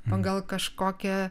pagal kažkokią